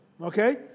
okay